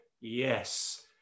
Yes